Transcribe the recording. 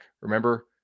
Remember